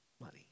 money